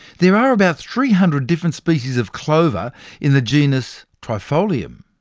there are about three hundred different species of clover in the genus trifolium.